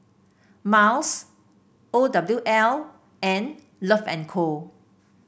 Miles O W L and Love and Co